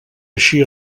així